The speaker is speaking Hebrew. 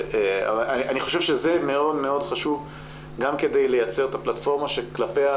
אני חושב שזה מאוד מאוד חשוב גם כדי לייצר את הפלטפורמה שכלפיה